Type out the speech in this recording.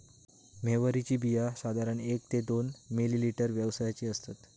म्होवरीची बिया साधारण एक ते दोन मिलिमीटर व्यासाची असतत